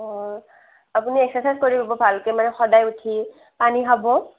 অঁ আপুনি এক্সাৰচাইজ কৰিব ভালকৈ মানে সদায় উঠি পানী খাব